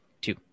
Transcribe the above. two